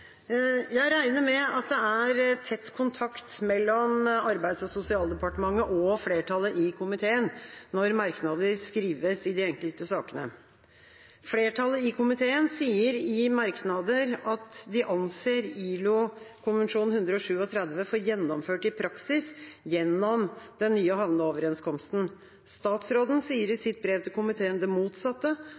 er tett kontakt mellom Arbeids- og sosialdepartementet og flertallet i komiteen når merknader skrives i de enkelte sakene. Flertallet i komiteen sier i merknader at de anser ILO-konvensjon 137 for gjennomført i praksis gjennom den nye havneoverenskomsten. Statsråden sier i sitt brev til komiteen det motsatte,